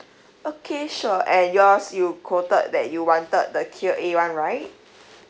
okay sure and yours you quoted that you wanted the tier A one right